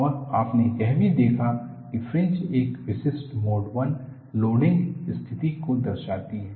और आपने यह भी देखा कि फ्रिंज एक विशिष्ट मोड 1 लोडिंग स्थिति को दर्शाती हैं